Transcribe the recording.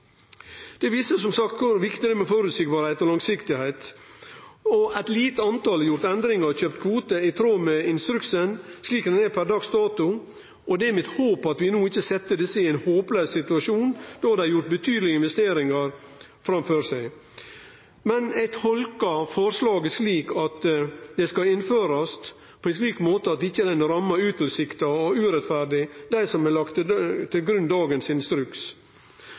Det viser som sagt kor viktig det er med føreseielege og langsiktige vilkår. Det er nokre få som har gjort endringar og kjøpt kvotar i tråd med instruksen slik han ligg føre per dags dato, og det er mitt håp at ein no ikkje set desse, som har gjort betydelege investeringar, i ein håplaus situasjon. Men eg tolkar forslaget slik at dette skal innførast på ein slik måte at det ikkje rammar utilsikta og urettferdig dei som har lagt til